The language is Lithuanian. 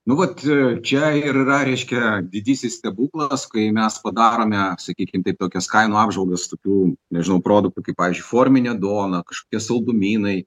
nu vot e čia ir yra reiškia didysis stebuklas kai mes padarome sakykim taip tokias kainų apžvalgas tokių nežinau produktų kaip pavyzdžiui forminė duona kažkokie saldumynai